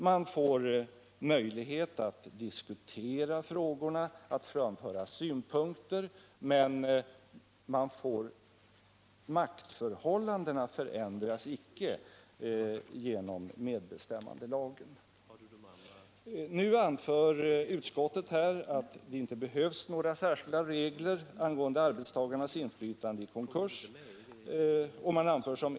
Man får möjlighet att diskutera frågorna, att framföra synpunkter, men maktförhållandena ändras icke genom medbestämmandelagen. Nu anför utskottet att det inte behövs några särskilda regler angående arbetstagarnas inflytande vid konkurs.